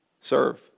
serve